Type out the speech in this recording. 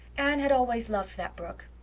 anne had always loved that brook.